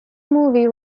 movie